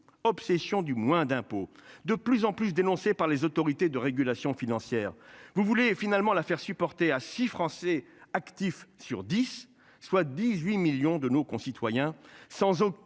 obsession du moins d'impôts de plus en plus dénoncées par les autorités de régulation financière. Vous voulez finalement la faire supporter à 6 Français actif sur 10, soit 18 millions de nos concitoyens sans aucun